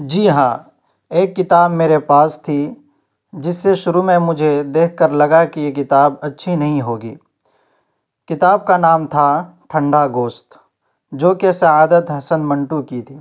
جی ہاں ایک کتاب میرے پاس تھی جس سے شروع میں مجھے دیکھ کر لگا کہ یہ کتاب اچھی نہیں ہوگی کتاب کا نام تھا ٹھنڈا گوشت جوکہ سعادت حسن منٹو کی تھی